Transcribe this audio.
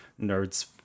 nerds